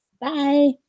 Bye